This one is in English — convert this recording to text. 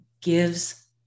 gives